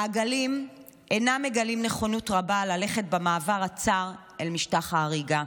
העגלים אינם מגלים נכונות רבה ללכת במעבר הצר אל משטח ההריגה.